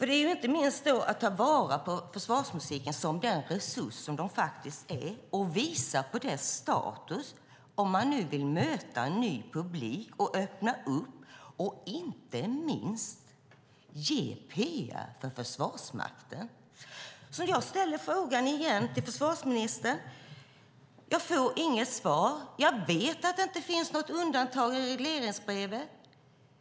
Det handlar inte minst om att ta vara på försvarsmusiken som den resurs som den faktiskt är och visa på dess status om man nu vill möta en ny publik och inte minst ge PR för Försvarsmakten. Jag får inget svar från försvarsministern. Jag vet att det inte finns något undantag i regleringsbrevet.